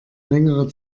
längere